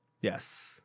Yes